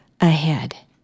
ahead